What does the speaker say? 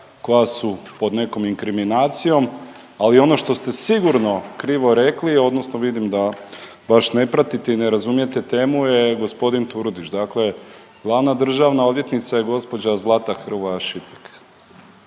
koja su pod nekom inkriminacijom. Ali ono što ste sigurno krivo rekli, odnosno vidim da baš ne pratite i ne razumijete temu je gospodin Turudić. Dakle, glavna državna odvjetnica je gospođa Zlata Hrvoj Šipek.